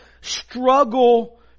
struggle